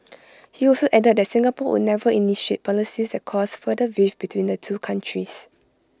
he also added that Singapore would never initiate policies that cause further rift between the two countries